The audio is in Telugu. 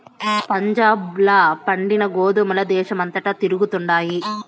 పంజాబ్ ల పండిన గోధుమల దేశమంతటా తిరుగుతండాయి